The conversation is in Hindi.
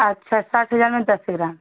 अच्छा साठ हज़ार में दस ग्राम